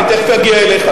אני תיכף אגיע אליך,